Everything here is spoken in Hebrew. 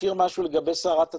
אזכיר משהו לגבי סערת הציטוקינים.